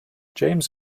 james